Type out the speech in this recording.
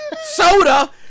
soda